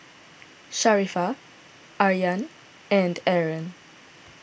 Sharifah Aryan and Aaron